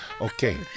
Okay